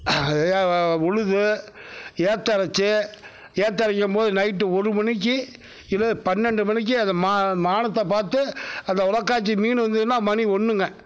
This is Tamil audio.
அதை உழுது ஏற்றம் இறைச்சு ஏற்றம் இறைக்கும் போது நைட்டு ஒரு மணிக்கு இரவு பன்னெண்டு மணிக்கு அதை மா வானத்த பார்த்து அந்த மீன் வந்ததுன்னா மணி ஒன்றுங்க